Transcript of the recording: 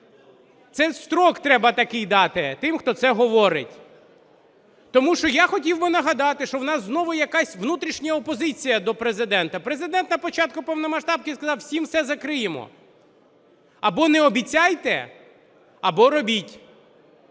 Це строк треба такий дати тим, хто це говорить. Тому що я хотів би нагадати, що в нас знову якась внутрішня опозиція до Президента. Президент на початку повномасштабки сказав, всім все закриємо. Або не обіцяйте – або робіть.